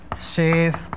save